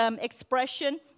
expression